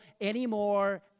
anymore